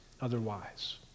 otherwise